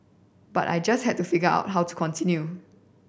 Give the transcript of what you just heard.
but I just had to figure out how to continue